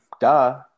duh